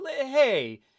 hey